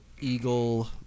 eagle